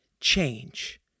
change